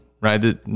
right